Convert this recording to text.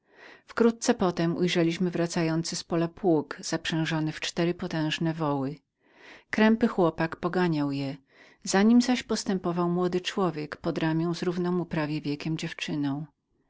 wkrótce potem ujrzeliśmy wracający z pola pług zaprzężony czterma potężnemi wołami krępy chłopak poganiał je za nim zaś postępował młody człowiek z równego mu prawie wieku dziewczyną